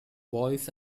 boys